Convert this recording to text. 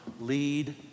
lead